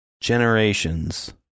Generations